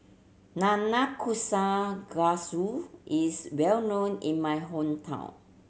nanakusa is well known in my hometown